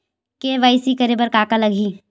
KYC करे बर का का लगही?